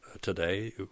today